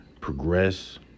progress